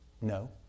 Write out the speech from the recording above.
No